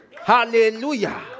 Hallelujah